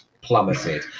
plummeted